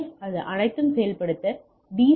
F அதன் அனைத்தும் செயல்படுத்தப்பட்டு டி